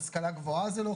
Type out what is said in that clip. השכלה גבוהה לא חל.